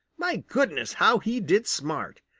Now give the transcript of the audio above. my goodness, how he did smart!